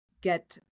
get